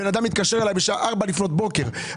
אדם מתקשר אליי ב-4 לפנות בוקר,